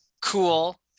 cool